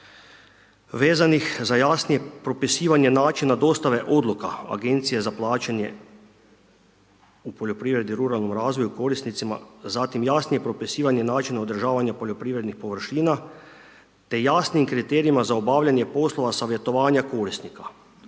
vezanih za jasnije propisivanje načina dostave odluka Agencije za plaćanje u poljoprivredi i ruralnom korisnicima, zatim jasnije propisivanje načina održavanja poljoprivrednih površina te jasnijim kriterijima za obavljanje poslova savjetovanja korisnika.